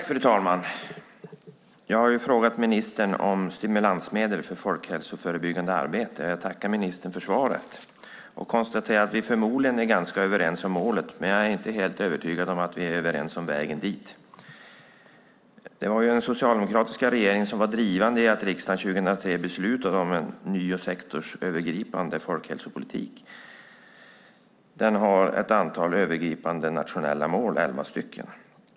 Fru talman! Jag har frågat ministern om stimulansmedel för folkhälsofrämjande arbete. Jag tackar ministern för svaret och konstaterar att vi förmodligen är ganska överens om målet, men jag är inte helt övertygad om att vi är överens om vägen dit. Det var den socialdemokratiska regeringen som var drivande när riksdagen 2003 beslutade om en ny sektorsövergripande folkhälsopolitik. Den har elva övergripande nationella mål.